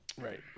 Right